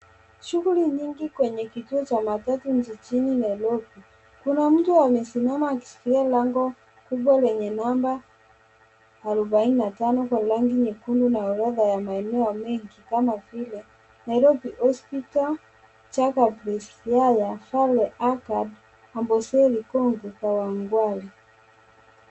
Shughuli nyingi kwenye matatu za nchini Nairobi. Kuna mtu ameshikilia lango lenye [c.s]number[c.s] arubaini na tano